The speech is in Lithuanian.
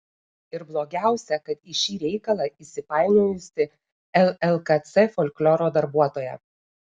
ir blogiausia kad į šį reikalą įsipainiojusi llkc folkloro darbuotoja